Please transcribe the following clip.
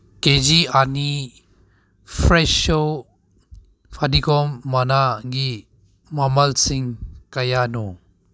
ꯒꯦ ꯖꯤ ꯑꯅꯤ ꯐ꯭ꯔꯦꯁꯣ ꯐꯗꯤꯒꯣꯝ ꯃꯅꯥꯒꯤ ꯃꯃꯜꯁꯤꯡ ꯀꯌꯥꯅꯣ